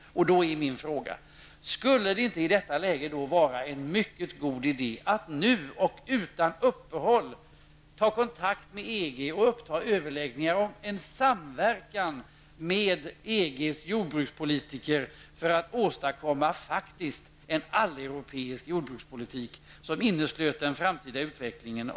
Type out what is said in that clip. Då är min fråga: Skulle det inte i detta läge vara en mycket god idé att nu, och utan upphåll, ta kontakt med EG och påbörja överläggningar om en samverkan med EGs jordbrukspolitiker för att faktiskt åstadkomma en alleuropeisk jordbrukspolitik som kunde innesluta Europas framtida utveckling?